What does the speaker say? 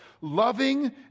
loving